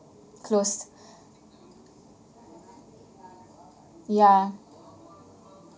closed ya